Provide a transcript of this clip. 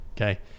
Okay